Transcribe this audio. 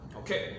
okay